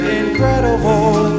incredible